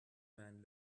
man